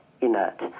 inert